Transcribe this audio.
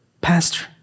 pastor